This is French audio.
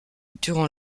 durant